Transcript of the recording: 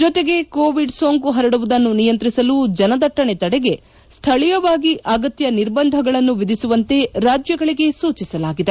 ಜೊತೆಗೆ ಕೋವಿಡ್ ಸೋಂಕು ಪರಡುವುದನ್ನು ನಿಯಂತ್ರಿಸಲು ಜನದಟ್ಟಣೆ ತಡೆಗೆ ಸ್ವಳೀಯವಾಗಿ ಅಗತ್ತ ನಿರ್ಬಂಧಗಳನ್ನು ವಿಧಿಸುವಂತೆ ರಾಜ್ಯಗಳಿಗೆ ಸೂಚಿಸಲಾಗಿದೆ